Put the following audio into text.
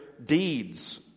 deeds